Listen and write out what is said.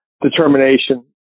determination